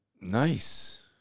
Nice